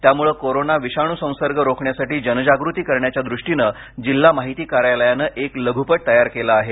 त्यामुळे कोरोना विषाणू संसर्ग रोखण्यासाठी जनजागृती करण्याच्या दृष्टीनं जिल्हा माहिती कार्यालयानं एक लघ्पट तयार केला आहे